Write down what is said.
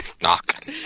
Knock